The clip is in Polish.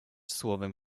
słowem